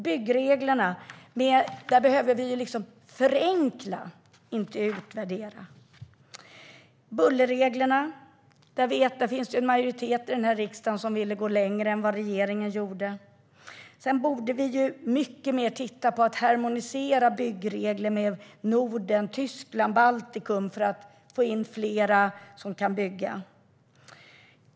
När det gäller byggreglerna behöver vi förenkla, inte utvärdera. Vad gäller bullerreglerna finns det ju en majoritet i riksdagen som ville gå längre än regeringen gjorde. Sedan borde vi titta mycket mer på att harmonisera byggregler med Norden, Tyskland och Baltikum för att få in fler som kan bygga.